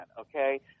okay